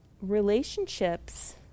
relationships